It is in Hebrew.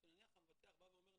כשנניח המבטח בא ואומר,